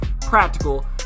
practical